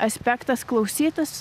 aspektas klausytis